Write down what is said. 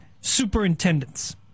superintendents